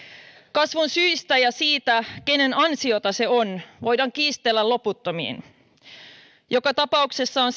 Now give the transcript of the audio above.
kasvun syistä ja siitä kenen ansiota se on voidaan kiistellä loputtomiin joka tapauksessa on